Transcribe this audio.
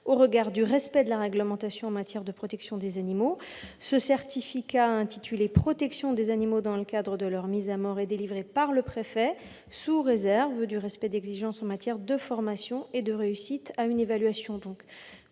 au regard du respect de la réglementation en matière de protection des animaux. Ce certificat, intitulé « protection des animaux dans le cadre de leur mise à mort », est délivré par le préfet, sous réserve du respect d'exigences en matière de formation et de réussite à une évaluation.